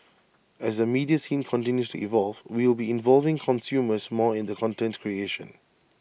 as the media scene continues to evolve we will be involving consumers more in the content creation